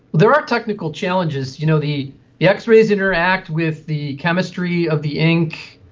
there are technical challenges. you know the the x-rays interact with the chemistry of the ink,